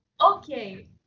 Okay